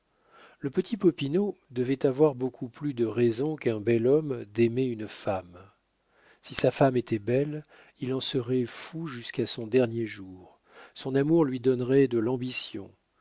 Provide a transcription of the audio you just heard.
le petit popinot devait avoir beaucoup plus de raison qu'un bel homme d'aimer une femme si la femme était belle il en serait fou jusqu'à son dernier jour son amour lui donnerait de l'ambition il